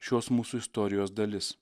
šios mūsų istorijos dalis